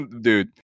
dude